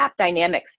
AppDynamics